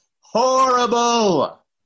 horrible